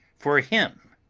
for him!